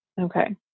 Okay